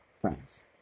friends